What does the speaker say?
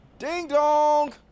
Ding-dong